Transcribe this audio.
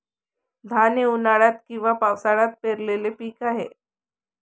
धान हे उन्हाळ्यात किंवा पावसाळ्यात पेरलेले पीक आहे